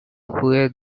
huey